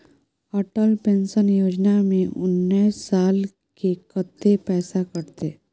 Atal pension Yojana में उनैस साल के कत्ते पैसा कटते?